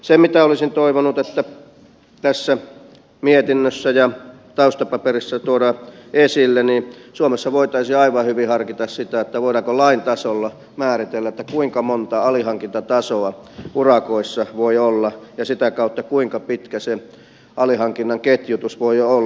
se mitä olisin toivonut että tässä mietinnössä ja taustapaperissa tuodaan esille on se että suomessa voitaisiin aivan hyvin harkita sitä voidaanko lain tasolla määritellä kuinka monta alihankintatasoa urakoissa voi olla ja sitä kautta kuinka pitkä se alihankinnan ketjutus voi olla